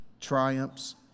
triumphs